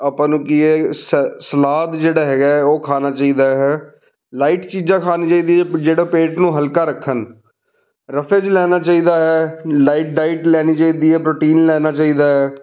ਆਪਾਂ ਨੂੰ ਕੀ ਸ ਸਲਾਦ ਜਿਹੜਾ ਹੈਗਾ ਉਹ ਖਾਣਾ ਚਾਹੀਦਾ ਹੈ ਲਾਈਟ ਚੀਜ਼ਾਂ ਖਾਣੀਆਂ ਚਾਹੀਦੀਆਂ ਜਿਹੜਾ ਪੇਟ ਨੂੰ ਹਲਕਾ ਰੱਖਣ ਰਫੇਜ਼ ਲੈਣਾ ਚਾਹੀਦਾ ਹੈ ਲਾਈਟ ਡਾਇਟ ਲੈਣੀ ਚਾਹੀਦੀ ਹੈ ਪ੍ਰੋਟੀਨ ਲੈਣਾ ਚਾਹੀਦਾ ਹੈ